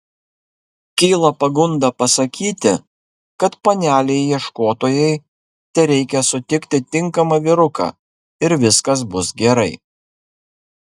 kyla pagunda pasakyti kad panelei ieškotojai tereikia sutikti tinkamą vyruką ir viskas bus gerai